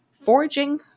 foraging